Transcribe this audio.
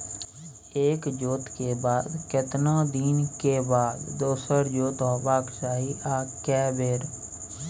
एक जोत के बाद केतना दिन के बाद दोसर जोत होबाक चाही आ के बेर?